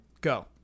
Go